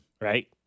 Right